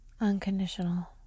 unconditional